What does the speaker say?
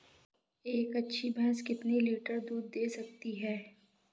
एक अच्छी भैंस कितनी लीटर दूध दे सकती है?